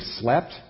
slept